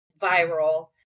viral